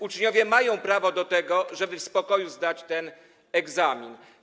Uczniowie mają prawo do tego, żeby w spokoju zdać ten egzamin.